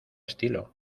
estilo